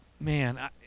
Man